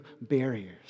barriers